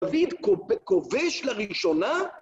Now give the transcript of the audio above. דוד כובש לראשונה